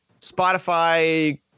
Spotify